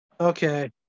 okay